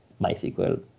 MySQL